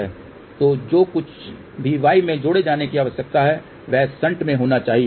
तो जो कुछ भी y में जोड़े जाने की आवश्यकता है वह शंट में होना चाहिए